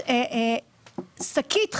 שקית חלב,